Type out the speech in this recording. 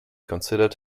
considered